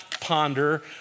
ponder